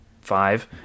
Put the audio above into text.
five